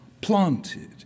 planted